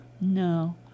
No